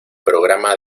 programa